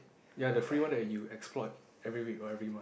ya the free one that you exploit every week or every month